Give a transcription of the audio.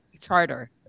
charter